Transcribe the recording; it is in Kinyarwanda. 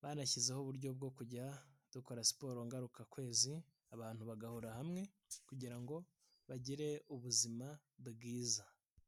banashyizeho uburyo bwo kujya dukora siporo ngarukakwezi, abantu bagahurira hamwe kugira ngo bagire ubuzima bwiza.